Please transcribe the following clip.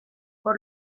por